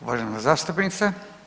Uvažena zastupnica.